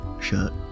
shirt